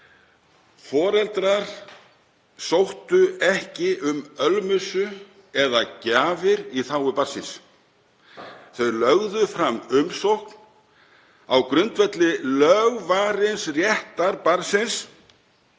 Foreldrar sóttu ekki um ölmusu eða gjafir í þágu barns síns. Þau lögðu fram umsókn á grundvelli lögvarins réttar barnsins